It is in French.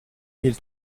mille